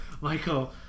Michael